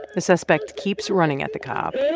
the suspect keeps running at the cop